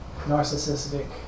narcissistic